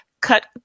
Cut